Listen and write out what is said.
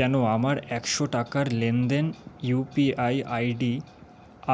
কেন আমার একশো টাকার লেনদেন U P I I D